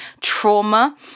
trauma